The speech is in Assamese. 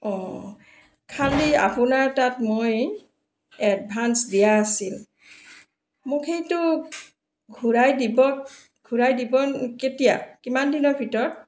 অঁ খালি আপোনাৰ তাত মই এডভাঞ্চ দিয়া আছিল মোক সেইটো ঘূৰাই দিব ঘূৰাই দিব কেতিয়া কিমান দিনৰ ভিতৰত